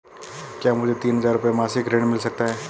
क्या मुझे तीन हज़ार रूपये मासिक का ऋण मिल सकता है?